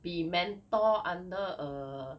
be mentor under a